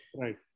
Right